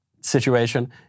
situation